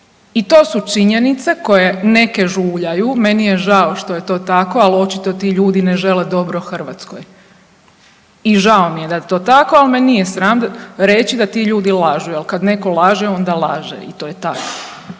I to su činjenice koje neke žuljaju, meni je žao što je to tako, ali očito ti ljudi ne žele dobro Hrvatskoj i žao mi je da je to tako, ali me nije sram reći da ti ljudi lažu jer kad netko laže onda laže i to je tako.